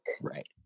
Right